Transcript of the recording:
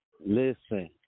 Listen